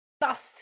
bust